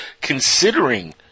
considering